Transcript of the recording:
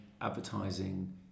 advertising